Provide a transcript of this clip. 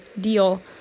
deal